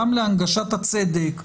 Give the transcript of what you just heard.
להנגשת הצדק,